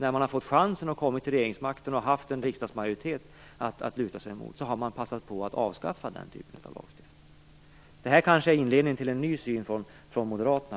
När man i regeringsställning har haft chansen och har haft en riksdagsmajoritet att luta sig emot, har man passat på att avskaffa den typen av lagstiftning. Men detta kanske är inledningen till en ny syn från Moderaterna.